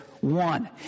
one